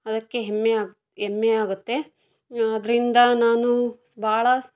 ಅದಕ್ಕೆ ಹೆಮ್ಮೆಯಾಗಿ ಹೆಮ್ಮೆಯಾಗುತ್ತೆ ಆದ್ದರಿಂದ ನಾನು ಬಹಳ